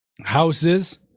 Houses